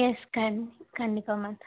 yes கண் கண்டிப்பாக ma'am